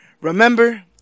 remember